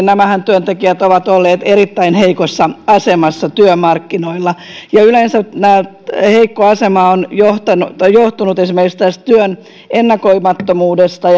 nämä työntekijäthän ovat olleet erittäin heikossa asemassa työmarkkinoilla ja yleensä tämä heikko asema on johtunut esimerkiksi tästä työn ennakoimattomuudesta